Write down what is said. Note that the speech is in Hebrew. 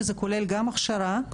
שזה כולל גם הכשרה -- יפה.